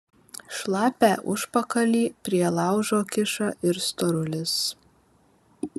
šlapią užpakalį prie laužo kiša ir storulis